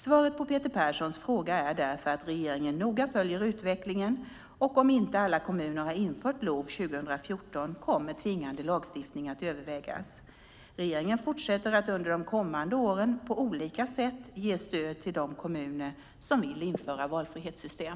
Svaret på Peter Perssons fråga är därför att regeringen noga följer utvecklingen, och om inte alla kommuner har infört LOV 2014 kommer tvingande lagstiftning att övervägas. Regeringen fortsätter under de kommande åren på olika sätt ge stöd till de kommuner som vill införa valfrihetssystem.